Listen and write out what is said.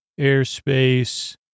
airspace